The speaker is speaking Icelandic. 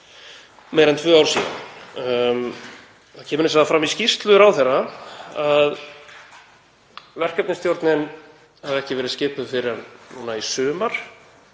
meira en tvö ár síðan. Það kemur hins vegar fram í skýrslu ráðherra að verkefnisstjórnin hafi ekki verið skipuð fyrr en núna í sumar